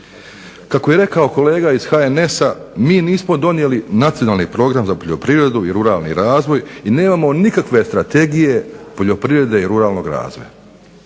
Kako je rekao kolega iz HNS-a mi nismo donijeli Nacionalni program za poljoprivredu i ruralni razvoj i nemamo nikakve strategije poljoprivrede i ruralnog razvoja.